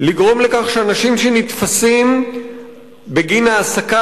לגרום לכך שאנשים שנתפסים בגין העסקה